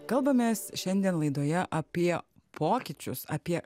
kalbamės šiandien laidoje apie pokyčius apie